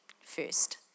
first